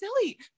silly